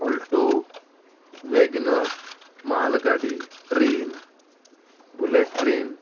Alto WagonR माल गाडी train bullet train